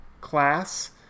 class